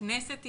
כנסת ישראל,